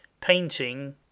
Painting